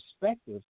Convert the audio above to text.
perspective